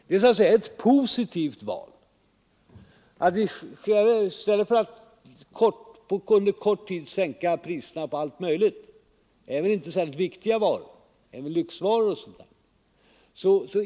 Det är så att säga ett positivt val att vi i stället för att under en kort tid sänka priserna på allt möjligt — även på inte särskilt viktiga varor, lyxvaror o. d.